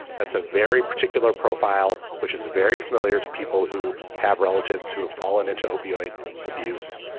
that's a very particular profile which is very familiar to people who have relatives who have fallen into opioid abuse.